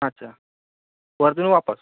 अच्छा वर्धेहून वापस